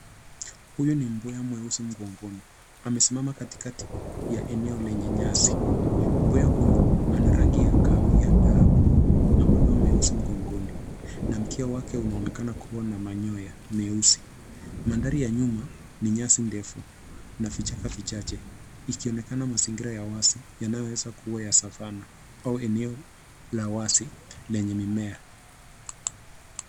Huyu ni mbwea mweusi mgogoni. Amesimama kati ya eneo lenye nyasi. Mbwea huyu ana rangi ya kahawia na madoa meusi mgogoni na mkia wake unaonekana kuwa na manyoya meusi. Mandhari ya nyuma ni nyasi ndefu na vichaka vichache ikionekana mazingira ya wazi yanayoweza kuwa ya Savana au eneo la wazi lenye mimea.